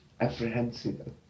apprehensive